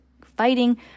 fighting